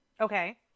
Okay